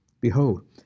Behold